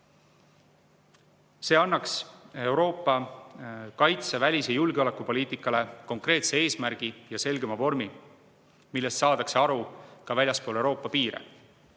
See annaks Euroopa kaitse-, välis- ja julgeolekupoliitikale konkreetse eesmärgi ning selgema vormi, millest saadakse aru ka väljaspool Euroopa piire.